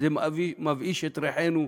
זה מבאיש את ריחנו.